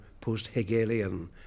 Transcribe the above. post-Hegelian